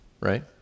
Right